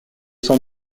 sans